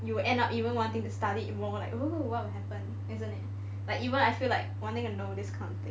you will end up even wanting to study it more like oo what will happen isn't it like even I feel like wanting to know this kind of thing